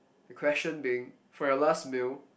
the question being for your last meal